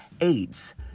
AIDS